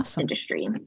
industry